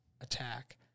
attack